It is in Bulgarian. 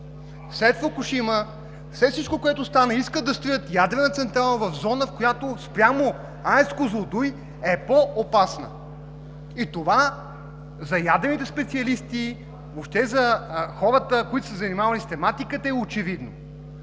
След „Фукушима“, след всичко, което стана, искат да строят ядрена централа в зона, която спрямо АЕЦ „Козлодуй“ е по-опасна. Това за ядрените специалисти, за хората, които са се занимавали с тематиката, е очевидно.